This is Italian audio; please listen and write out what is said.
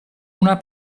una